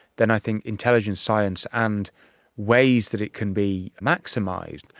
then i think intelligence science and ways that it can be maximised,